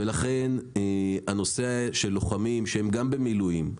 ולכן הנושא של לוחמים שהם גם במילואים,